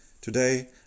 Today